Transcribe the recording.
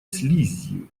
слизью